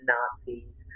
Nazis